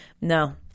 no